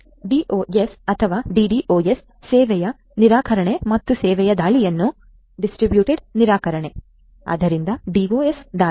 DoS ಅಥವಾ DDoS denial of service ಮತ್ತು distributed denial of service ದಾಳಿಗಳು